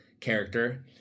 character